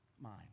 mind